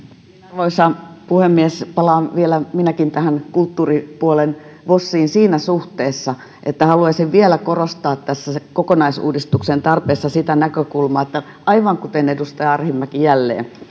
arvoisa puhemies palaan vielä minäkin tähän kulttuuripuolen vosiin siinä suhteessa että haluaisin vielä korostaa tässä kokonaisuudistuksen tarpeessa sitä näkökulmaa aivan kuten edustaja arhinmäki jälleen